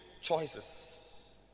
choices